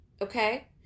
Okay